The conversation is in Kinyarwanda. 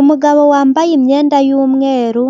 Umugabo wambaye imyenda y'umweru